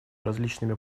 различными